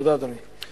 תודה, אדוני.